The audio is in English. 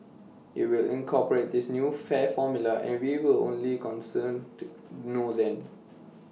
IT will incorporate this new fare formula and we will only concerned know then